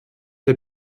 der